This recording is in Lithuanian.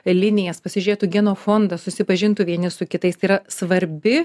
linijas pasižiūrėtų genofondą susipažintų vieni su kitais tai yra svarbi